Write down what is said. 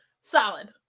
solid